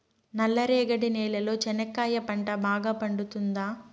నల్ల రేగడి నేలలో చెనక్కాయ పంట బాగా పండుతుందా?